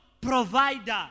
provider